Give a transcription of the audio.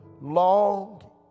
long